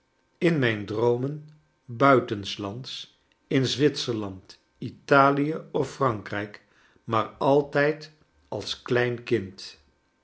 in mijn droomen buitenslands in zwitserland italie of frankrijk maar altijd als klein kind